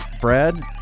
Brad